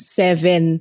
seven